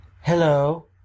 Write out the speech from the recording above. Hello